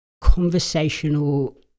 conversational